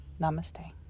Namaste